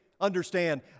Understand